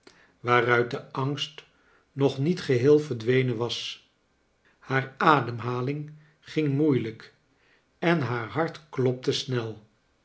waaruit de angst nog niet geheel verdwenen was haar ademhaling ging moeilijk en haar hart klopte snel